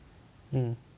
mm